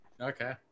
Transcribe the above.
okay